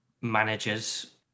managers